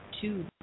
two